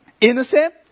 innocent